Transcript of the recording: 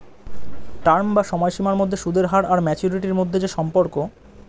term বা সময়সীমার মধ্যে সুদের হার আর ম্যাচুরিটি মধ্যে যে সম্পর্ক